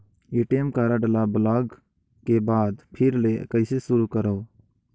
ATM card ल block के बाद फिर ले कइसे शुरू करव?